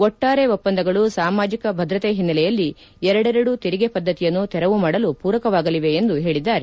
ಒಟ್ನಾರೆ ಒಪ್ಪಂದಗಳು ಸಾಮಾಜಿಕ ಭದ್ರತೆ ಹಿನ್ನೆಲೆಯಲ್ಲಿ ಎರಡೆರಡು ತೆರಿಗೆ ಪದ್ದತಿಯನ್ನು ತೆರವು ಮಾಡಲು ಪೂರಕವಾಗಲಿವೆ ಎಂದು ಹೇಳಿದ್ದಾರೆ